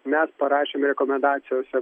mes parašėme rekomendacijose